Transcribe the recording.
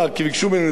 אבל יש תקציב.